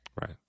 Right